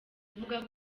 avuga